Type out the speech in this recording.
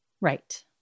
Right